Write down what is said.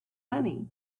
money